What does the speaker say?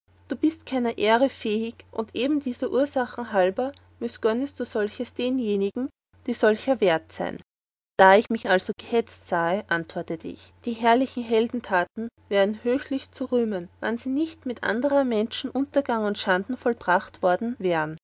du bist keiner ehre fähig und eben dieser ursachen halber mißgönnest du solches denenjenigen die solcher wert sein da ich mich also gehetzt sahe antwortete ich die herrliche heldentaten wären höchlich zu rühmen wann sie nicht mit anderer menschen untergang und schaden vollbracht wären